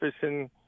fishing